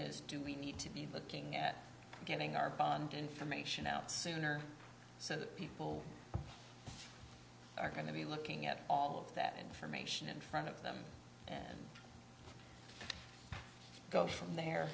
is do we need to be looking at getting our bond information out sooner so that people are going to be looking at all of that information in front of them and go from there